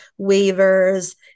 waivers